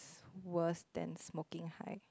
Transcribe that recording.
worst than smoking high